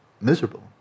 miserable